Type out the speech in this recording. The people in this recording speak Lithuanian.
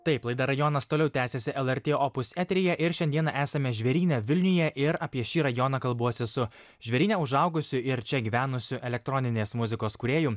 taip laida rajonas toliau tęsiasi lrt opus eteryje ir šiandieną esame žvėryne vilniuje ir apie šį rajoną kalbuosi su žvėryne užaugusiu ir čia gyvenusiu elektroninės muzikos kūrėju